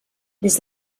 des